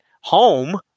home